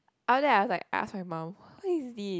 after that I was like I ask my mom who is this